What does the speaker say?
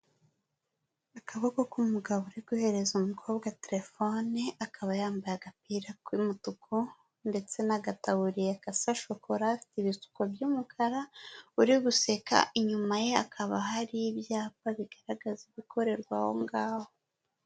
Akaboko k'umugabo uri guhereza umukobwa telefone, akaba yambaye agapira k'umutuku ndetse n'agataburiye gasa shokora, ibisuko by'umukara, uri guseka. Inyuma ye hakaba hari ibyapa bigaragaza ibikorerwa aho ngaho.